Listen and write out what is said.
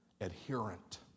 adherent